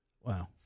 Wow